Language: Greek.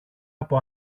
από